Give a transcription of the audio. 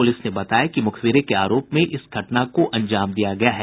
police ने बताया कि मुखबिरी के आरोप में इस घटना को अंजाम दिया गया है